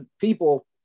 people